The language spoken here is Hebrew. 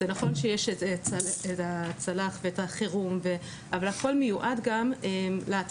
זה נכון שיש את הצל"ח ואת החירום אבל הכול מיועד גם להתחלה,